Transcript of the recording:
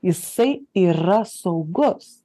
jisai yra saugus